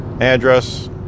address